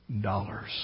dollars